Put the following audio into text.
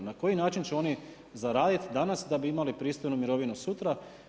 Na koji način će oni zaraditi danas, da bi oni imali pristojnu mirovinu sutra.